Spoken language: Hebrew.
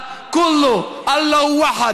תדעו לכם,